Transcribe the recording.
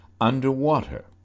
underwater